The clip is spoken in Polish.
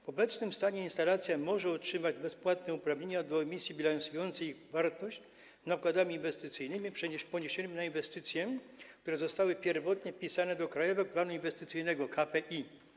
W obecnym stanie instalacja może otrzymać bezpłatne uprawnienia do emisji bilansującej wartość nakładami inwestycyjnymi poniesionymi na inwestycje, które zostały pierwotnie wpisane do krajowego planu inwestycyjnego, KPI.